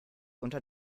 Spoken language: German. unter